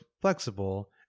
flexible